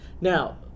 now